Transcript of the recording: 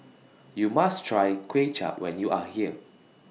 YOU must Try Kway Chap when YOU Are here